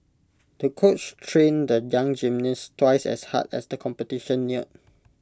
the coach trained the young gymnast twice as hard as the competition neared